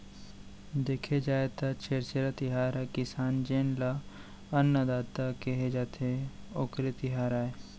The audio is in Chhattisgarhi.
देखे जाए त छेरछेरा तिहार ह किसान जेन ल अन्नदाता केहे जाथे, ओखरे तिहार आय